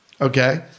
Okay